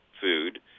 food